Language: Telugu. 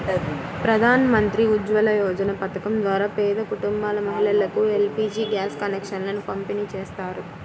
ప్రధాన్ మంత్రి ఉజ్వల యోజన పథకం ద్వారా పేద కుటుంబాల మహిళలకు ఎల్.పీ.జీ గ్యాస్ కనెక్షన్లను పంపిణీ చేస్తారు